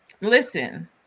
listen